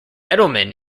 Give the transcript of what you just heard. edelman